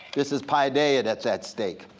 this is paideia that's at stake.